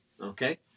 Okay